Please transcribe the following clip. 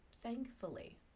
thankfully